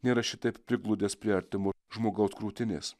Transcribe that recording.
nėra šitaip prigludęs prie artimo žmogaus krūtinės